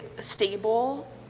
stable